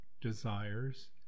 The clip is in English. desires